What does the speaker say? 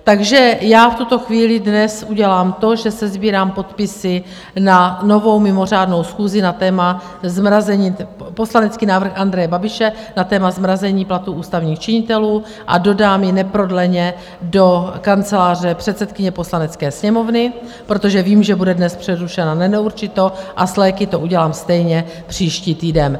Takže já v tuto chvíli dnes udělám to, že sesbírám podpisy na novou mimořádnou schůzi poslanecký návrh Andreje Babiše na téma zmrazení platů ústavních činitelů a dodám ji neprodleně do kanceláře předsedkyně Poslanecké sněmovny, protože vím, že bude dnes přerušena na neurčito, a s léky to udělám stejně příští týden.